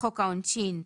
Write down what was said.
חוק העונשין,